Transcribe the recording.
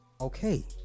okay